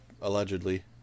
allegedly